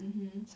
mmhmm